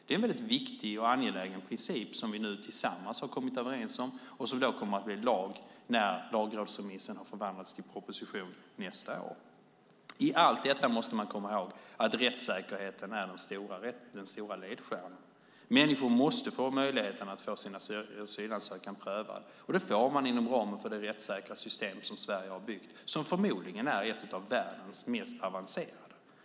Det är en viktig och angelägen princip som vi nu tillsammans har kommit överens om och som kommer att bli lag när lagrådsremissen har förvandlats till proposition nästa år. I allt detta måste man komma ihåg att rättssäkerheten är den stora ledstjärnan. Människor måste få möjlighet att få sin asylansökan prövad. Det får man inom ramen för det rättssäkra system som Sverige har byggt, som förmodligen är ett av världens mest avancerade.